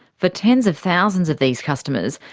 for tens of thousands of these customers,